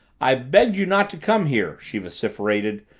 i begged you not to come here, she vociferated.